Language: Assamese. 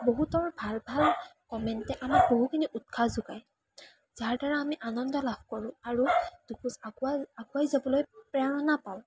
বহুতৰ ভাল ভাল কমেণ্টে আমাক উৎসাহ যোগায় যাৰ দ্বাৰা আমি আনন্দ লাভ কৰোঁ আৰু দুখোজ আগুৱাই আগুৱাই যাবলৈ প্ৰেৰণা পাওঁ